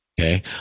okay